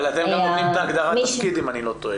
אבל אתם גם נותנים את הגדרת התפקיד אם אני לא טועה,